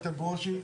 איתן ברושי.